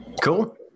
Cool